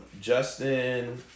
Justin